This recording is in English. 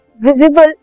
visible